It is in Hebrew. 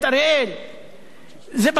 זה בטוח בא על חשבון משהו אחר.